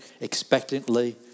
expectantly